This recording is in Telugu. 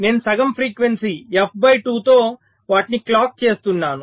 నేను సగం ఫ్రీక్వెన్సీ f బై 2 తో వాటిని క్లాక్ చేస్తున్నాను